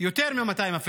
אפילו יותר מ-200.